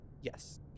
Yes